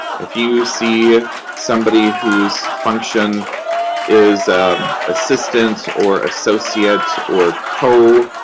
if you see somebody whose function is assistant or associate or co,